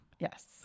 Yes